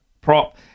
prop